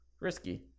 risky